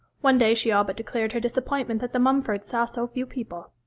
one day she all but declared her disappointment that the mumfords saw so few people.